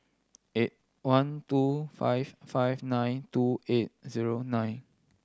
eight one two five five nine two eight zero nine